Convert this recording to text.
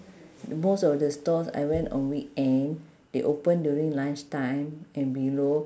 most of the stalls I went on weekend they open during lunch time and below